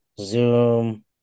Zoom